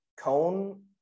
Cone